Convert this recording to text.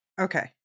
Okay